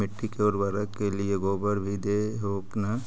मिट्टी के उर्बरक के लिये गोबर भी दे हो न?